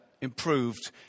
improved